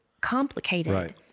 complicated